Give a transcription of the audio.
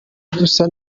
dusa